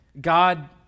God